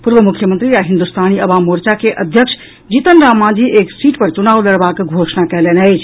पूर्व मुख्यमंत्री आ हिन्दुस्तानी अवाम मोर्चा के अध्यक्ष जीतन राम मांझी एक सीट पर चुनाव लड़बाक घोषणा कयलनि अछि